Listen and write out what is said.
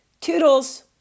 toodles